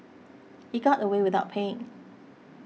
he got away without paying